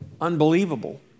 unbelievable